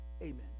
Amen